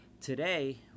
Today